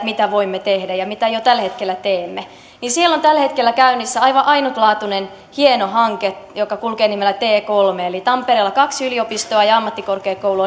mitä voimme tehdä ja mitä jo tällä hetkellä teemme siellä on tällä hetkellä käynnissä aivan ainutlaatuinen hieno hanke joka kulkee nimellä t kolme eli tampereella kaksi yliopistoa ja ja ammattikorkeakoulu